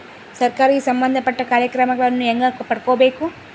ಸರಕಾರಿ ಸಂಬಂಧಪಟ್ಟ ಕಾರ್ಯಕ್ರಮಗಳನ್ನು ಹೆಂಗ ಪಡ್ಕೊಬೇಕು?